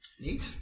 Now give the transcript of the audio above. Neat